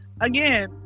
again